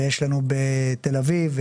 תל אביב,